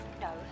No